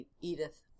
Edith